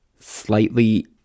slightly